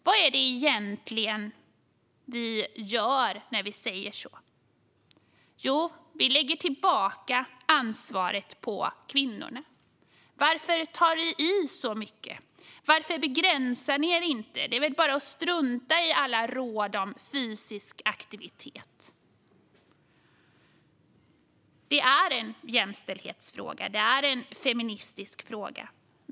Vad är det vi egentligen gör när vi säger så? Jo, vi lägger tillbaka ansvaret på kvinnorna: Varför tar ni i så mycket, varför begränsar ni er inte, det är väl bara att strunta i alla råd om fysisk aktivitet? Det är en jämställdhetsfråga och en feministisk fråga.